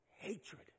hatred